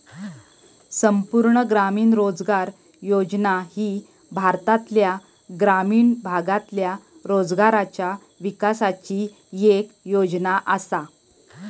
संपूर्ण ग्रामीण रोजगार योजना ही भारतातल्या ग्रामीण भागातल्या रोजगाराच्या विकासाची येक योजना आसा